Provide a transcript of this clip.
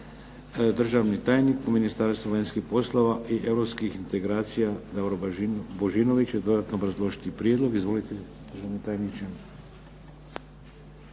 Državni tajnik u Ministarstvu vanjskih poslova i europskih integracija Davor Božinović će dodatno obrazložiti prijedlog. Izvolite državni tajniče.